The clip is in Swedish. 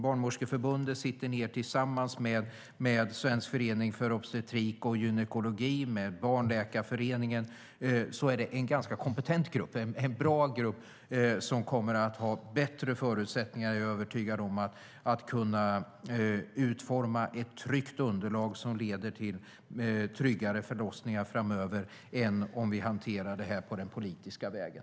Barnmorskeförbundet arbetar nu tillsammans med Svensk Förening för Obstetrik och Gynekologi och Barnläkarföreningen med detta. Det är en kompetent grupp, en bra grupp, som kommer att ha bättre förutsättningar, det är jag övertygad om, att utforma ett tryggt underlag som leder till tryggare förlossningar än om vi hanterade det på den politiska vägen.